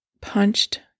punched